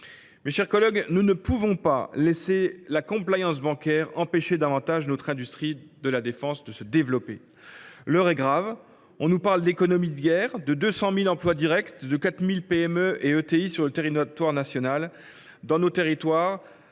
Mes chers collègues, nous ne pouvons pas laisser la bancaire empêcher davantage notre industrie de la défense de se développer. L’heure est grave. On nous parle d’économie de guerre, de 200 000 emplois directs, de 4 000 PME et ETI sur le territoire national dans nos territoires.